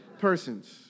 persons